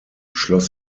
schloss